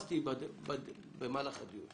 באנו לכאן